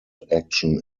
action